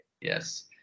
yes